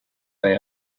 they